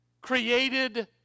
created